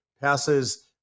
passes